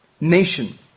nation